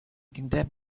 condemned